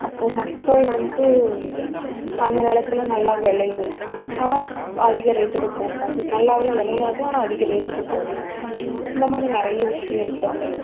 அப்போது மக்கள் வந்துட்டு அந்த நிலத்துல நல்லா விளையும் ஆனால் அதிக ரேட்டுக்கு போகாது நல்லாவே விளையாது ஆனால் அதிக ரேட்டுக்கு போகும் இந்த மாதிரி நிறைய விஷயம் இருக்குது அதில்